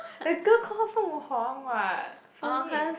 the girl call her Feng-Huang [what] phonics